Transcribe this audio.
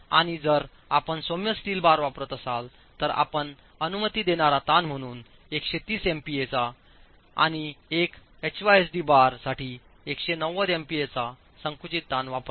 आणि जर आपण सौम्य स्टील बार वापरत असाल तर आपण अनुमती देणारा ताण म्हणून 130 एमपीएचा आणि एक एचवायएसडी बारसाठी 190 एमपीएचा संकुचित तणाव वापरता